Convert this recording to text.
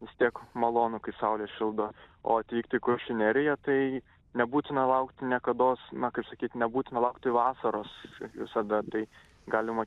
vis tiek malonu kai saulė šildo o atvykt į kuršių neriją tai nebūtina laukti niekados na kaip sakyt nebūtina laukti vasaros visada tai galima